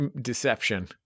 deception